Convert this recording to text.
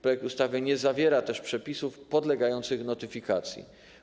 Projekt ustawy nie zawiera też przepisów podlegających notyfikacji.